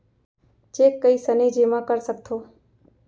Cheque कईसने जेमा कर सकथो?